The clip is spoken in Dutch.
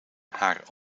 haar